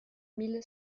mille